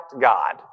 God